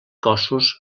cossos